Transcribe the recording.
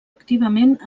activament